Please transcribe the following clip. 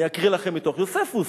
אני אקריא לכם מתוך יוספוס.